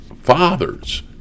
Fathers